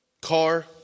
car